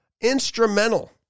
instrumental